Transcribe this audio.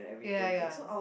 ya ya